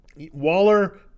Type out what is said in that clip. Waller